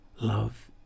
love